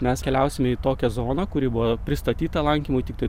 mes keliausime į tokią zoną kuri buvo pristatyta lankymui tiktai